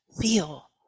feel